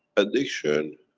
addiction,